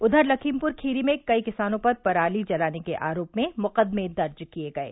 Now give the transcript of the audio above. उधर लखीमपुर खीरी में कई किसानों पर पराली जलाने के आरोप में मुकदमे दर्ज किये गये